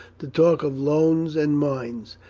to talk of loans and mines,